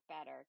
better